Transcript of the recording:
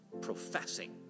professing